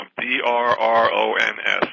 D-R-R-O-N-S